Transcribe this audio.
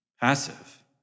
passive